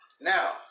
Now